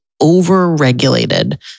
over-regulated